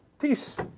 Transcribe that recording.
these